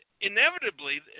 inevitably